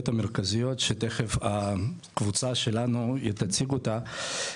המרכזיות שתיכף הקבוצה שלנו תציג אותה,